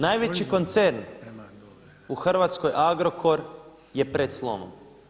Najveći koncern u Hrvatskoj Agrokor je pred slomom.